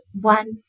one